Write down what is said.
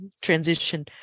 transition